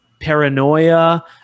paranoia